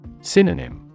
Synonym